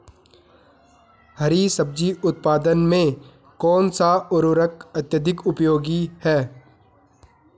हरी सब्जी उत्पादन में कौन सा उर्वरक अत्यधिक उपयोगी है?